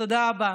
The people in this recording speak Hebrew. תודה רבה.